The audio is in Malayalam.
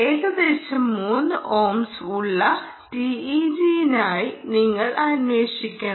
ഏകദേശം 3 ഓംസ് ഉള്ള TEG നായി നിങ്ങൾ അന്വേഷിക്കണം